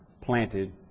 planted